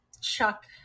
chuck